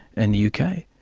and the uk.